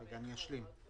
רגע, אני אשלים.